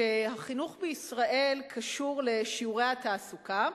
שהחינוך בישראל קשור לשיעורי התעסוקה,